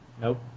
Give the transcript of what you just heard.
Nope